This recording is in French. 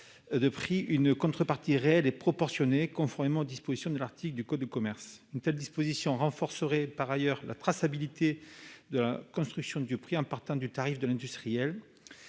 de prix, une contrepartie réelle et proportionnée, conformément aux dispositions du code de commerce. Une telle disposition renforcerait par ailleurs la traçabilité de la construction du prix, en partant du tarif de l'industriel